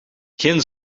geen